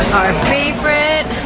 favorite